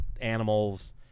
Animals